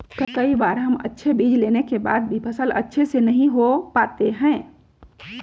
कई बार हम अच्छे बीज लेने के बाद भी फसल अच्छे से नहीं हो पाते हैं?